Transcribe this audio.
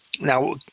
Now